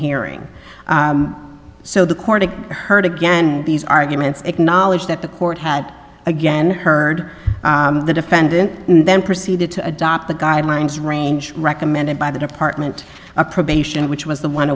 hearing so the court heard again these arguments acknowledge that the court had again heard the defendant and then proceeded to adopt the guidelines range recommended by the department of probation which was the